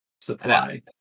supply